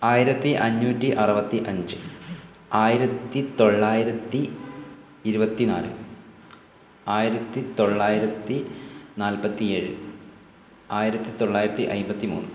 ആയിരത്തി അഞ്ഞൂറ്റി അറുപത്തി അഞ്ച് ആയിരത്തി തൊള്ളായിരത്തി ഇരുപത്തി നാല് ആയിരത്തി തൊള്ളായിരത്തി നാൽപ്പത്തി ഏഴ് ആയിരത്തി തൊള്ളായിരത്തി അമ്പത്തി മൂന്ന്